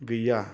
गैया